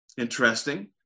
interesting